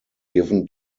given